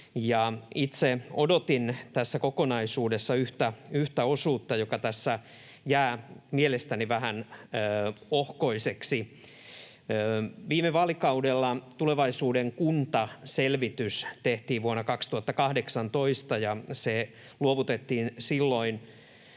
itse odotin tässä kokonaisuudessa yhtä osuutta, joka tässä jää mielestäni vähän ohkoiseksi. Viime vaalikaudella vuonna 2018 tehtiin Tulevaisuuden kunta ‑selvitys, ja se luovutettiin silloin